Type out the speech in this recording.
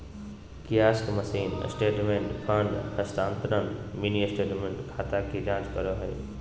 kiosk machine statement, fund हस्तानान्तरण, mini statement, खाता की जांच करो हइ